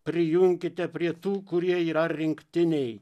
prijunkite prie tų kurie yra rinktinėj